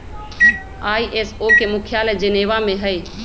ISO के मुख्यालय Geneva में हइ